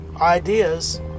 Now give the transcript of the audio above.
ideas